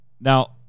Now